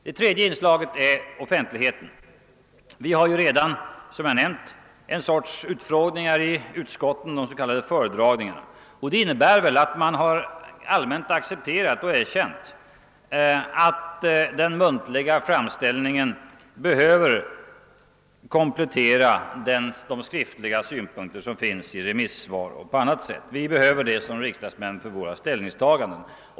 Det tredje inslaget är offentligheten. Vi har redan, som jag nämnt, en sorts utfrågningar i utskotten, de s.k. föredragningarna. Det innebär att man allmänt accepterat att den muntliga framställningen behöver komplettera de skriftliga synpunkter som finns i remissvaren. Vi behöver det som riksdagsmän för våra ställningstaganden.